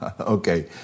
Okay